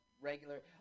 regular